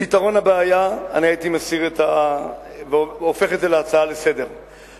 לפתרון הבעיה, הייתי הופך את זה להצעה לסדר-היום.